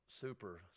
super